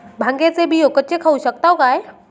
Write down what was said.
भांगे चे बियो कच्चे खाऊ शकताव काय?